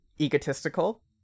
egotistical